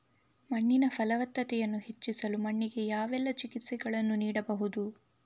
ಮಣ್ಣಿನ ಫಲವತ್ತತೆಯನ್ನು ಹೆಚ್ಚಿಸಲು ಮಣ್ಣಿಗೆ ಯಾವೆಲ್ಲಾ ಚಿಕಿತ್ಸೆಗಳನ್ನು ನೀಡಬಹುದು?